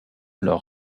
leur